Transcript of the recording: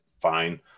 fine